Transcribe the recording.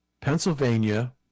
Pennsylvania